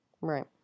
Right